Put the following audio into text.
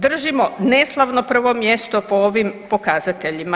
Držimo neslavno prvo mjesto po ovim pokazateljima.